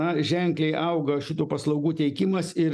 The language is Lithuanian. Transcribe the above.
na ženkliai auga šitų paslaugų teikimas ir